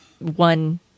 one